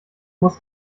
muss